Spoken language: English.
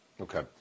Okay